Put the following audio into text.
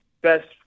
best